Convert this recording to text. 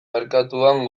merkatuan